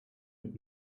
had